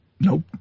Nope